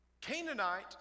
Canaanite